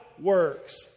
works